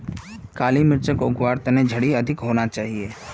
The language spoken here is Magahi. काली मिर्चक उग वार तने झड़ी अधिक होना चाहिए